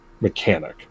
mechanic